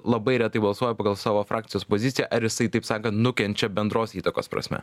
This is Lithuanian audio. labai retai balsuoja pagal savo frakcijos poziciją ar jisai taip sakant nukenčia bendros įtakos prasme